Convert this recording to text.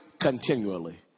continually